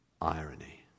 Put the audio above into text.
irony